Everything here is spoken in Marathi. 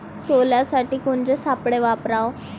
सोल्यासाठी कोनचे सापळे वापराव?